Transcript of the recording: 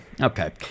okay